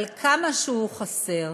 אבל כמה שהוא חסר.